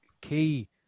key